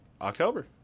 October